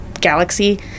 galaxy